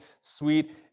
sweet